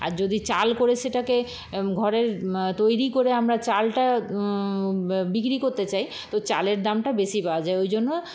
আর যদি চাল করে সেটাকে ঘরে তৈরি করে আমরা চালটা বিক্রি করতে চাই তো চালের দামটা বেশী পাওয়া যায় ওই জন্য